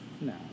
no